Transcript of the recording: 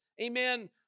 amen